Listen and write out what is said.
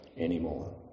anymore